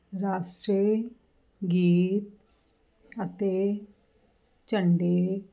ਰਾਸ਼ਟਰੀ ਗੀਤ ਅਤੇ ਝੰਡੇ